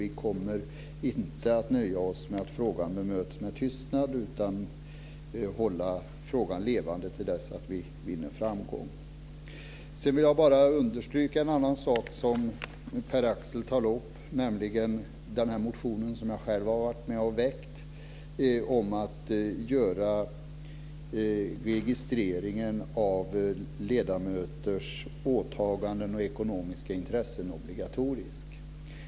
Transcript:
Vi kommer inte att nöja oss med att frågan bemöts med tystnad utan hålla frågan levande till dess att vi vinner framgång. Sedan vill jag bara understryka en annan sak som Pär Axel Sahlberg tar upp, nämligen den motion som jag själv har varit med om att väcka om att göra registreringen av ledamöters åtaganden och ekonomiska intressen obligatorisk.